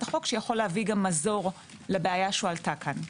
החוק שיכול להביא מזור לבעיה שהועלתה כאן.